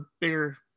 bigger